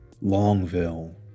Longville